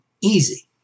easy